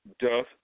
Doth